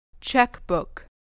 Checkbook